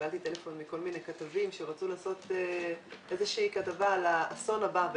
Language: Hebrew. שקיבלתי טלפונים מכל מיני כתבים שרצו לעשות איזושהי כתבה על האסון הבא.